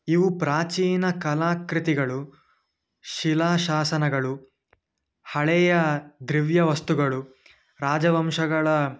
ಇವು ಪ್ರಾಚೀನ ಕಲಾ ಕೃತಿಗಳು ಶಿಲಾಶಾಸನಗಳು ಹಳೆಯ ದ್ರವ್ಯ ವಸ್ತುಗಳು ರಾಜವಂಶಗಳ